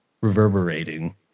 reverberating